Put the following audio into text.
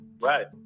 Right